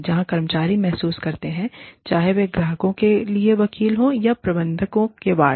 जहाँ कर्मचारी महसूस करते हैं चाहे वे ग्राहकों के लिए वकील हों या प्रबंधकों के वार्ड